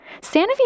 Sanofi